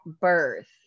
birth